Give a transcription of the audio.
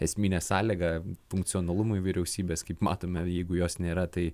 esminė sąlyga funkcionalumui vyriausybės kaip matome jeigu jos nėra tai